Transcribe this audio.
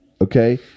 Okay